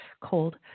cold